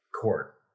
court